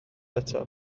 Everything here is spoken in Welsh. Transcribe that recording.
eto